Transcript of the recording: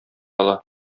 ала